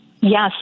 Yes